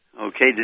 okay